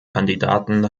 kandidaten